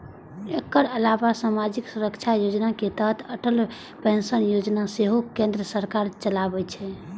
एकर अलावा सामाजिक सुरक्षा योजना के तहत अटल पेंशन योजना सेहो केंद्र सरकार चलाबै छै